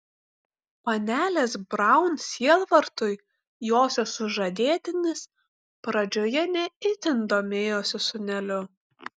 panelės braun sielvartui josios sužadėtinis pradžioje ne itin domėjosi sūneliu